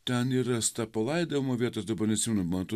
ten ir rasta palaidojimo vieta aš dabar neatsimenu man